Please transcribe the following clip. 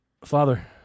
Father